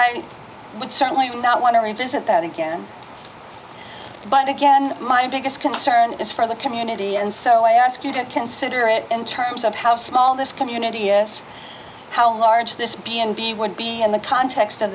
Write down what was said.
i would certainly not want to revisit that again but again my biggest concern is for the community and so i ask you to consider it in terms of how small this community is how large this b and b would be and the context of